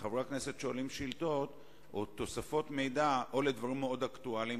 וחברי הכנסת שואלים שאלות או תוספות מידע או על דברים מאוד אקטואליים